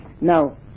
Now